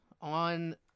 on